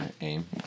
aim